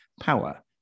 power